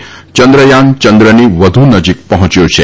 ચંદ્રયાન ચંદ્રની વધ્ નજીક પહોંચ્ય છે